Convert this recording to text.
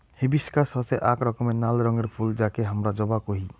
hibiscus হসে আক রকমের নাল রঙের ফুল যাকে হামরা জবা কোহি